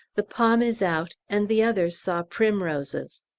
the palm is out, and the others saw primroses.